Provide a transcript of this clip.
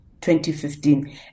2015